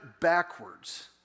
backwards